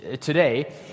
today